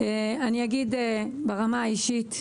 ברמה האישית,